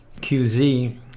QZ